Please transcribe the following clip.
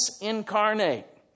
incarnate